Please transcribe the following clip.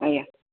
ଆଜ୍ଞା